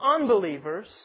unbelievers